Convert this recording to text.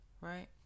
right